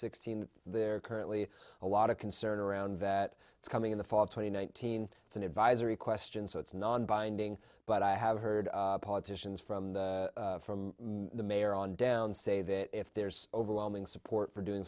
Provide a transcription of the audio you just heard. sixteen that they're currently a lot of concern around that it's coming in the fall of twenty nineteen it's an advisory question so it's nonbinding but i have heard politicians from from the mayor on down say that if there's overwhelming support for doing